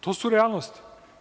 To su realnosti.